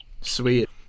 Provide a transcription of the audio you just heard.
Sweet